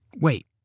Wait